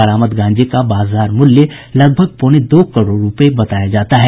बरामद गांजे का बाजार मूल्य लगभग पौने दो करोड़ रूपये बताया जाता है